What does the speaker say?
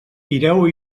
tireu